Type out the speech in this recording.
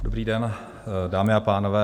Dobrý den, dámy a pánové.